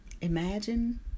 Imagine